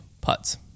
putts